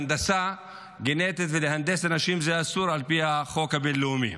הנדסה גנטית ולהנדס אנשים זה אסור על פי החוק הבין-לאומי.